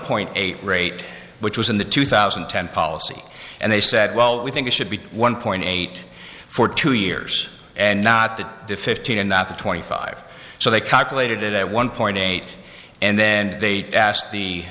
point eight rate which was in the two thousand and ten policy and they said well we think it should be one point eight for two years and not that deficient and not the twenty five so they calculated it at one point eight and then they asked the